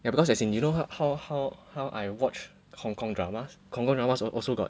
ya because as in you know how how how how I watch Hongkong dramas Hongkong dramas also got